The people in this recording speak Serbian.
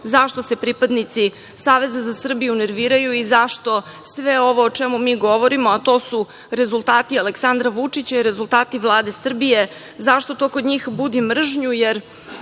zašto se pripadnici Saveza za Srbiju, nerviraju i zašto sve ovo, o čemu mi govorimo, a to su rezultati Aleksandra Vučića i rezultati Vlade Srbije, zašto to kod njih budi mržnju,